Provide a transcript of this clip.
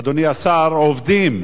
אדוני השר, עובדים.